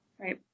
Right